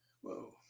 Whoa